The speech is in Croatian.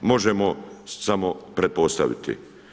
Možemo samo pretpostaviti.